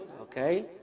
Okay